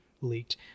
leaked